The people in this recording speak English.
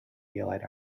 daylight